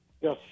Yes